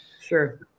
Sure